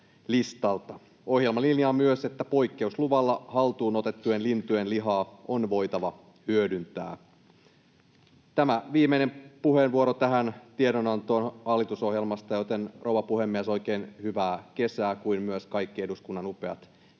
Ohjelma linjaa myös, että poikkeusluvalla haltuun otettujen lintujen lihaa on voitava hyödyntää. Tämä on viimeinen puheenvuoroni tähän tiedonantoon hallitusohjelmasta, joten oikein hyvää kesää, rouva puhemies, kuin myös kaikki eduskunnan upeat